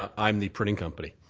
um i'm the printing company.